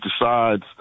decides